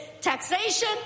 taxation